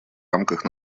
рамках